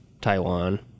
Taiwan